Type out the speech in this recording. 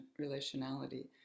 relationality